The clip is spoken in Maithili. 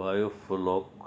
बायोफ्लॉक